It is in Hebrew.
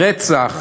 ברצח,